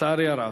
לצערי הרב.